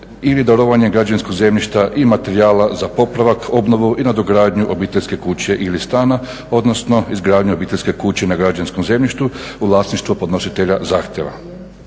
ili darivanje građevinskog zemljišta i materijala za popravak, obnovu i nadogradnju obiteljske kuće ili stana, odnosno izgradnju obiteljske kuće na građevinskom zemljištu u vlasništvu podnositelja zahtjeva.